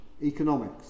economics